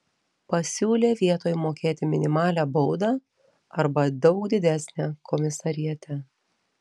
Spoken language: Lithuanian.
pasiūlė vietoj mokėti minimalią baudą arba daug didesnę komisariate